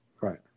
right